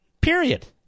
Period